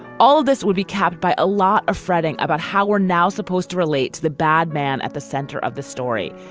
all of this would be capped by a lot of fretting about how we're now supposed to relate to the bad man at the center of the story,